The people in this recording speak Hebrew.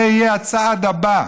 זה יהיה הצעד הבא".